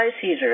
Caesar